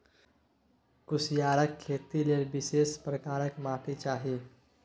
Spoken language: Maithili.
कुसियारक खेती लेल विशेष प्रकारक माटि चाही